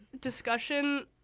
discussion